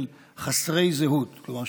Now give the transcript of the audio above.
כלומר,